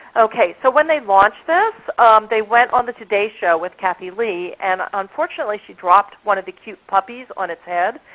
okay, so when they launched this they went on the today show with kathy lee, and unfortunately she dropped one of the cute puppies on its head.